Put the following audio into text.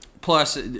Plus